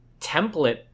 template